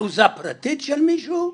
אחוזה פרטית של מישהו?